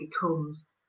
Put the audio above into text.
becomes